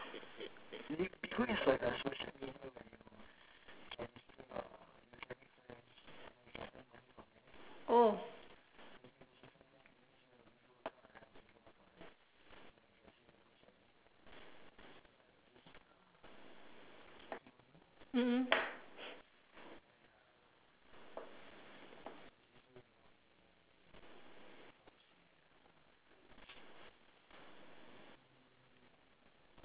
oh mm